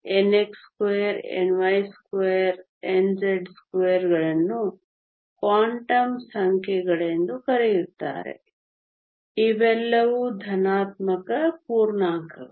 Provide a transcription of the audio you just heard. nx2 ny2 nz2 ಗಳನ್ನು quantum ಸಂಖ್ಯೆಗಳೆಂದು ಕರೆಯುತ್ತಾರೆ ಇವೆಲ್ಲವೂ ಧನಾತ್ಮಕ ಪೂರ್ಣಾಂಕಗಳು